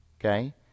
Okay